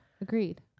agreed